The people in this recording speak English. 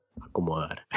acomodar